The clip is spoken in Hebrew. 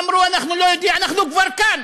אמרו: אנחנו לא, אנחנו כבר כאן,